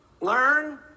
learn